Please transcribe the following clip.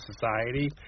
society